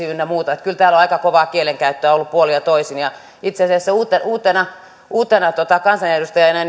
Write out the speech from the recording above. ynnä muuta eli kyllä täällä on aika kovaa kielenkäyttöä ollut puolin ja toisin itse asiassa uutena uutena kansanedustajana